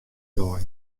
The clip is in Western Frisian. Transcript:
dei